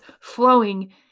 flowing